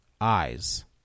eyes